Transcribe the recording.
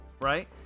Right